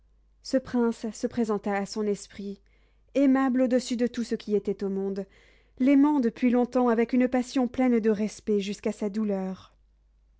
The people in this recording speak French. ce prince se présenta à son esprit aimable au-dessus de tout ce qui était au monde l'aimant depuis longtemps avec une passion pleine de respect jusqu'à sa douleur